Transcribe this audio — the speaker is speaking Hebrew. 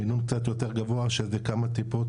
מינון קצת יותר גבוה שזה כמה טיפות,